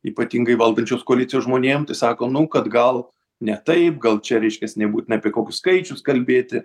ypatingai valdančios koalicijos žmonėm tai sako nu kad gal ne taip gal čia reiškias nebūtina apie kokius skaičius kalbėti